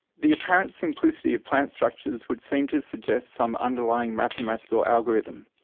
the apparent simplicity of plant structures would seem to suggest some underlying mathematical algorithm.